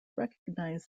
recognized